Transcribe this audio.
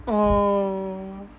oh